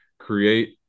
create